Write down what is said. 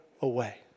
away